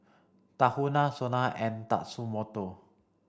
Tahuna SONA and Tatsumoto